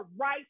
right